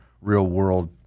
real-world